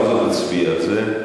בכל זאת, אנחנו נצביע על זה.